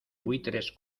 buitres